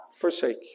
forsake